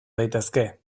daitezke